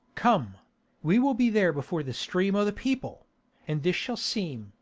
come we will be there before the stream o' the people and this shall seem,